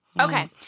Okay